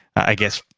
i guess.